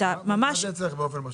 מה זה אצלך באופן משמעותי?